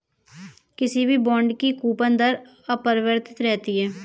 किसी भी बॉन्ड की कूपन दर अपरिवर्तित रहती है